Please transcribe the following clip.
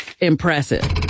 impressive